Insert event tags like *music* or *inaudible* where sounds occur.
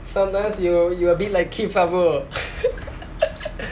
sometimes you you a bit like keith ah bro *laughs*